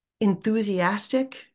enthusiastic